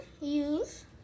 use